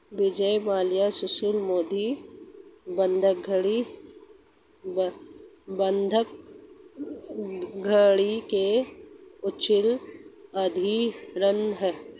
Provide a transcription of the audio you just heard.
विजय माल्या सुशील मोदी बंधक धोखाधड़ी के उचित उदाहरण है